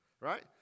right